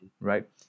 right